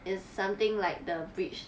it's something like the bridge